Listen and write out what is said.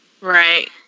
right